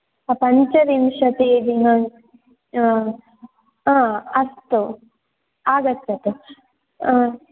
पञ्चविंशतिदिनाङ्क हा अस्तु आगच्छतु